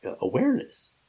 awareness